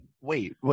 wait